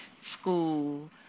school